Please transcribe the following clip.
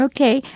Okay